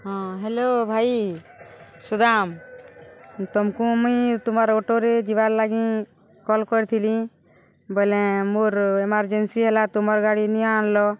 ହଁ ହ୍ୟାଲୋ ଭାଇ ସୁଦାମ୍ ତମକୁ ମୁଇଁ ତୁମର୍ ଅଟୋରେ ଯିବାର୍ ଲାଗି କଲ୍ କରିଥିଲି ବୋଇଲେ ମୋର ଏମରଜେନ୍ସି ହେଲା ତୁମର ଗାଡ଼ି ନିଆ ଆଣିଲ